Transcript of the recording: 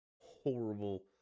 Horrible